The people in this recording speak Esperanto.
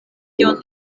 kion